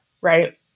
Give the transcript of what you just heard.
right